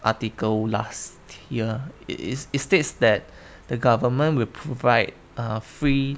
article last year it it it states that the government will provide err free